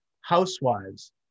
housewives